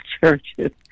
churches